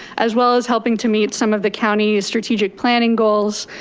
as well as helping to meet some of the county's strategic planning goals.